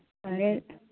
रे